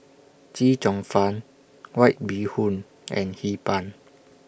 Chee Cheong Fun White Bee Hoon and Hee Pan